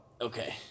Okay